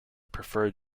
preferred